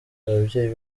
ababyeyi